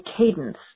cadence